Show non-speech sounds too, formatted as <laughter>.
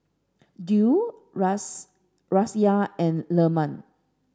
Dwi <unintelligible> Raisya and Leman